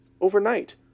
overnight